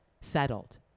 settled